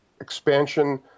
Expansion